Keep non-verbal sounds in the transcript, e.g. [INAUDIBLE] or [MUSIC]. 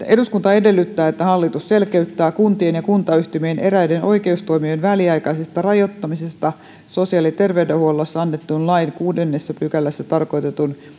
[UNINTELLIGIBLE] eduskunta edellyttää että hallitus selkeyttää kuntien ja kuntayhtymien eräiden oikeustoimien väliaikaisesta rajoittamisesta sosiaali ja terveydenhuollossa annetun lain kuudennessa pykälässä tarkoitetun